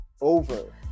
over